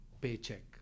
paycheck